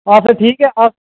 आ ठीक ऐ